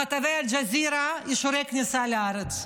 מכתבי אל-ג'זירה את אישורי הכניסה לארץ,